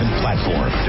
platform